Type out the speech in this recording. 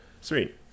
Sweet